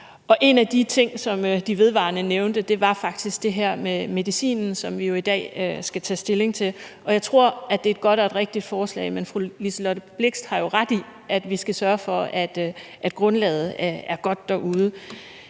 En af de ting, som de vedvarende nævnte, var faktisk det her med medicinen, som vi jo i dag skal tage stilling til. Jeg tror, det er et godt og et rigtigt forslag, men fru Liselott Blixt har jo ret i, at vi skal sørge for, at grundlaget er godt derude.